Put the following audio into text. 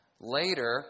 later